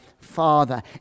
Father